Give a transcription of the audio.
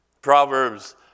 Proverbs